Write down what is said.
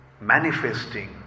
manifesting